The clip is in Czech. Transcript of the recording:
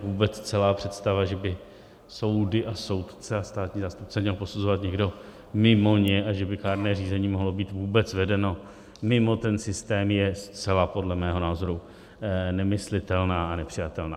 Vůbec celá představa, že by soudy a soudce a státní zástupce měl posuzovat někdo mimo ně a že by kárné řízení mohlo být vůbec vedeno mimo ten systém, je zcela podle mého názoru nemyslitelná a nepřijatelná.